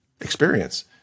experience